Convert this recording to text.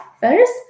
first